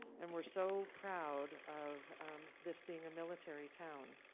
and we're so proud of this being a military town.